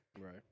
Right